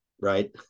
right